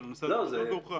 אבל הנושא הזה עוד לא הוכרע.